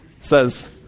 says